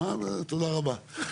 תודה רבה.